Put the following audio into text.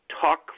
Talk